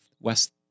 West